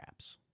apps